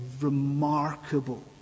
remarkable